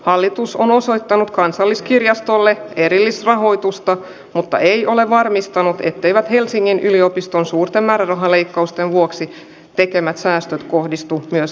hallitus on osoittanut kansalliskirjastolle erillisrahoitusta mutta ei ole varmistanut etteivät helsingin yliopiston suurten rahaleikkausten vuoksi tekemät säästöt kohdistuvat myös